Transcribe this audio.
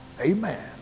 Amen